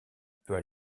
peut